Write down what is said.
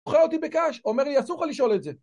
אוכל אותי בקש? אומר לי, אסור לך לשאול את זה.